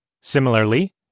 Similarly